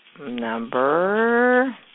Number